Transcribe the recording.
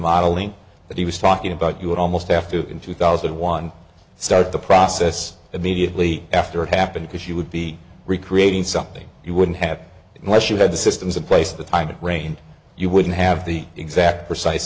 modeling that he was talking about you would almost have to in two thousand and one start the process immediately after it happened because she would be recreating something you wouldn't have why she had the systems in place at the time it rained you wouldn't have the exact precise